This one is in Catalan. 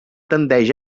tendeix